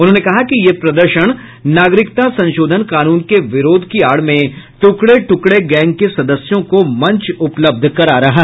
उन्होंने कहा कि यह प्रदर्शन नागरिकता संशोधन कानून के विरोध की आड़ में ट्रकड़े ट्रकड़े गैंग के सदस्यों को मंच उपलब्ध करा रहा है